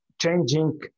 changing